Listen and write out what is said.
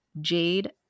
Jade